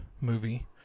movie